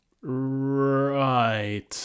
Right